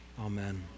Amen